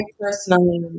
personally